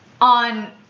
On